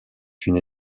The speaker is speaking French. une